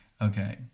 Okay